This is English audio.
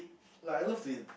like I loved it